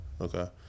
okay